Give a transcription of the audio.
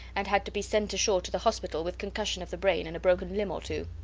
and had to be sent ashore to the hospital with concussion of the brain and a broken limb or two.